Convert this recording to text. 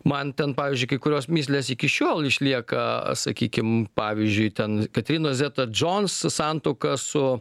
man ten pavyzdžiui kai kurios mįslės iki šiol išlieka sakykim pavyzdžiui ten katrinos zeta džons santuoka su